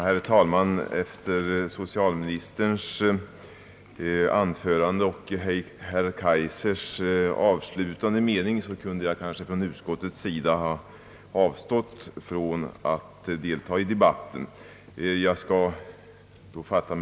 Herr talman! Efter socialministerns anförande och herr Kaijsers avslutande mening skulle jag kanske ha kunnat avstå från att delta i debatten som representant för utskottet.